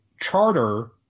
charter